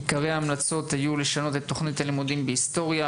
עיקרי ההמלצות היו לשנות את תכנית הלימודים בהיסטוריה;